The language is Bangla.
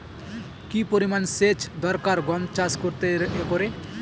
কি পরিমান সেচ দরকার গম চাষ করতে একরে?